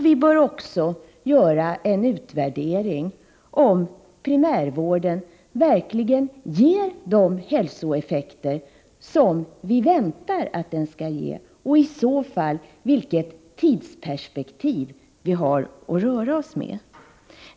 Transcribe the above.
Vi bör också göra en utvärdering av om primärvården verkligen ger de hälsoeffekter som vi väntar att den skall ge och i så fall vilket tidsperspektiv vi har att röra oss med.